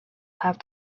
have